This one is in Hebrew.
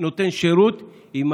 הצעה לסדר-היום